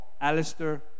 Alistair